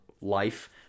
life